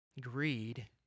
greed